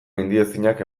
gaindiezinak